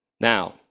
Now